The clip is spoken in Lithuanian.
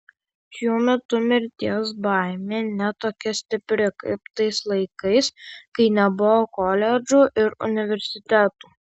šiuo metu mirties baimė ne tokia stipri kaip tais laikais kai nebuvo koledžų ir universitetų